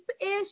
ish